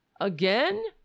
Again